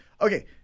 okay